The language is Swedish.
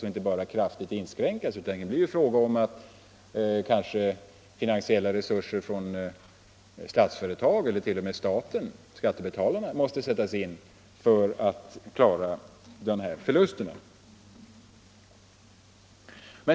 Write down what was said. Och inte bara det — här kan det bli nödvändigt att stora finansiella resurser från Statsföretag eller t.o.m. från staten, dvs. skattebetalarna, sätts in för att klara dessa förluster.